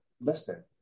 listen